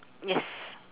yes